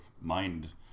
mind